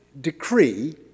decree